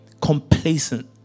Complacent